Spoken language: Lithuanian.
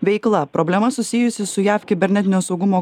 veikla problema susijusi su jav kibernetinio saugumo